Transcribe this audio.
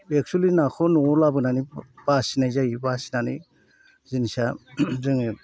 बे एक्सुवेलि नाखौ न'आव लाबोनानै बासिनाय जायो बासिनानै जिनिसा जोङो